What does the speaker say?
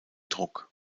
druck